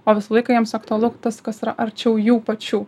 o visą laiką jiems aktualu tas kas yra arčiau jų pačių